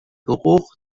geruch